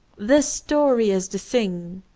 the story is the thing!